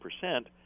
percent